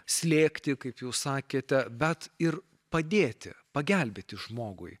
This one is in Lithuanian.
slėgti kaip jūs sakėte bet ir padėti pagelbėti žmogui